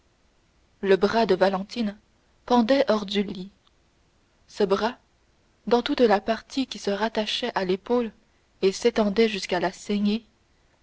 le bras de valentine pendait hors du lit ce bras dans toute la partie qui se rattachait à l'épaule et s'étendait jusqu'à la saignée